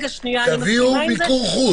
תביאו מיקור חוץ.